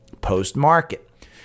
post-market